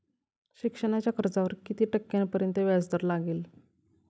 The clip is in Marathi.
शिक्षणाच्या कर्जावर किती टक्क्यांपर्यंत व्याजदर लागेल?